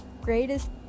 greatest